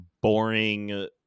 boring